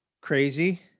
crazy